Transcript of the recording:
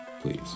Please